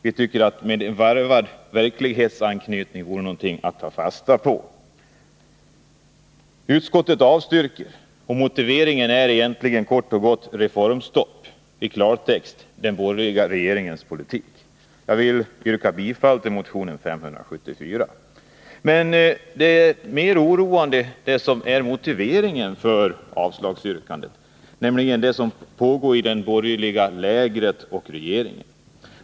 Vi tycker att sådan ”varvad verklighetsanknytning” vore någonting att ta fasta på. Utskottet avstyrker dock motionen. Motiveringen är kort och gott reformstopp. Det är i klartext den borgerliga regeringens politik. Jag vill yrka bifall till motionen 574. Men ännu mer oroande än själva avslagsyrkandet är motiveringen för det, nämligen det som pågår i det borgerliga lägret och i regeringen.